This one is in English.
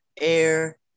air